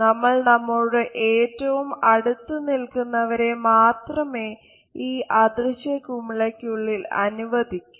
നമ്മൾ നമ്മോട് ഏറ്റവും അടുത്ത് നിൽക്കുന്നവരെ മാത്രമേ ഈ അദൃശ്യ കുമിളക്കുള്ളിൽ അനുവദിക്കൂ